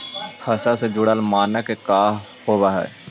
फसल से जुड़ल मानक का का होव हइ?